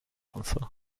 answer